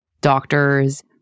doctors